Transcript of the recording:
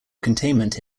containment